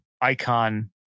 icon